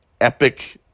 epic